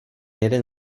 jeden